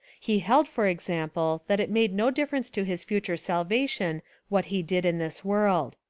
he held for example that it made no difference to his future salvation what he did in this world.